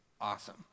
awesome